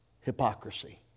hypocrisy